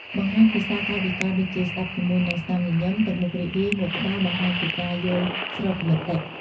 បង្ហាញភាសាកាយវិការដូចជា ស្តាប់ជាមួយនឹងស្នាមញញឹម ទឹកមុខរីករាយ ងក់ក្បាលបង្ហាញពីការយល់ស្របមតិ។